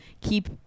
keep